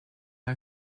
are